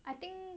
I think